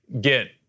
get